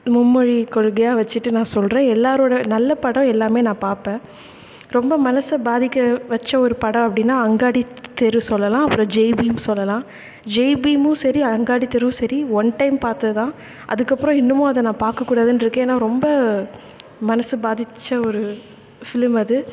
மும்மொழி கொள்கையாக வச்சிட்டு நான் சொல்கிறேன் எல்லாரோடய நல்ல படம் எல்லாமே நான் பார்ப்பேன் ரொம்ப மனதை பாதிக்க வச்ச ஒரு படம் அப்படின்னா அங்காடித்தெரு சொல்லலாம் அப்புறம் ஜெய் பீம் சொல்லலாம் ஜெய் பீமும் சரி அங்காடித்தெருவும் சரி ஒன் டைம் பார்த்ததுதான் அதுக்கப்புறம் இன்னமும் அதை நான் பார்க்கக்கூடாதுன்னு இருக்கேன் ஏன்னால் ரொம்ப மனது பாதித்த ஒரு ஃபிலிம் அது